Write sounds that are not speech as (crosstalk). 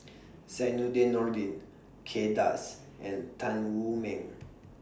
(noise) Zainudin Nordin Kay Das and Tan Wu Meng (noise)